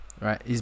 right